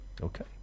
Okay